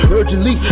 Urgently